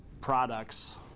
products